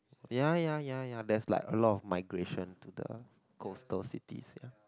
ya ya ya ya that's like a lot of migration to the coastal city ya